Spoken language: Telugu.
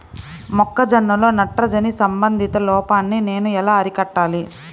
మొక్క జొన్నలో నత్రజని సంబంధిత లోపాన్ని నేను ఎలా అరికట్టాలి?